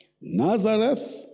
Nazareth